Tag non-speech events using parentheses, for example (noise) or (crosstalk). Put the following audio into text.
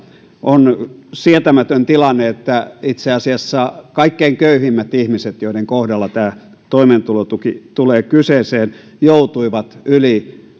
on sietämätön tilanne että itse asiassa kaikkein köyhimmät ihmiset joiden kohdalla toimeentulotuki tulee kyseeseen joutuivat yli (unintelligible)